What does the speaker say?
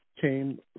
came